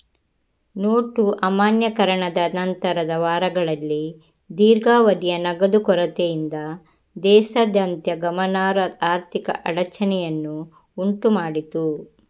note ಅಮಾನ್ಯೀಕರಣದ ನಂತರದ ವಾರಗಳಲ್ಲಿ ದೀರ್ಘಾವಧಿಯ ನಗದು ಕೊರತೆಯಿಂದ ದೇಶದಾದ್ಯಂತ ಗಮನಾರ್ಹ ಆರ್ಥಿಕ ಅಡಚಣೆಯನ್ನು ಉಂಟು ಮಾಡಿತು